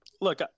Look